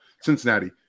Cincinnati